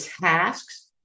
tasks